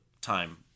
time